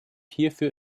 hierfür